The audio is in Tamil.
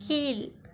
கீழ்